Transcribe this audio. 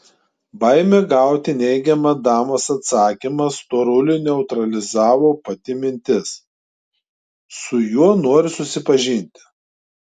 baimė gauti neigiamą damos atsakymą storuliui neutralizavo pati mintis su juo nori susipažinti